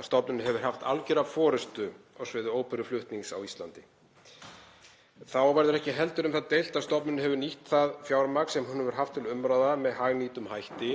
að stofnunin hefur haft algjöra forystu á sviði óperuflutnings á Íslandi. Þá verður ekki heldur um það deilt að stofnunin hefur nýtt það fjármagn sem hún hefur haft til umráða með hagnýtum hætti.